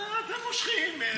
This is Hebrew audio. אז אתם מושכים.